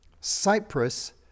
Cyprus